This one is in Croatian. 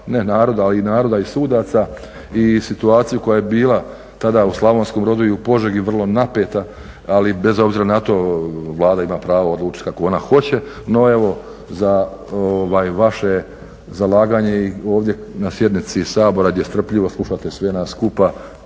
ne naroda, ali naroda i sudaca i situaciju koja je bila tada u Slavonskom Brodu i u Požegi vrlo napeta, ali bez obzira na to Vlada ima pravo odlučiti kako ona hoće, no evo za vaše zalaganje ovdje na sjednici Sabora gdje strpljivo slušate sve nas skupa,